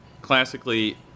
classically